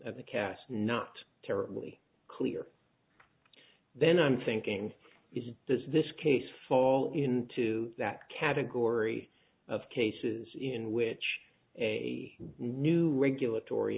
at the cast not terribly clear then i'm thinking is it does this case fall into that category of cases in which a new regulatory